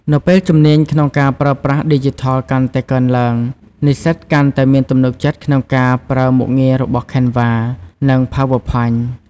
នៅពេលជំនាញក្នុងការប្រើប្រាស់ឌីជីថលកាន់តែកើនឡើង និស្សិតកាន់តែមានទំនុកចិត្តក្នុងការប្រើមុខងាររបស់ Canva និង PowerPoint ។